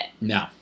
No